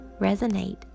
resonate